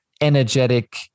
energetic